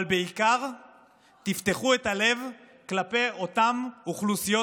אבל בעיקר תפתחו את הלב כלפי אותן אוכלוסיות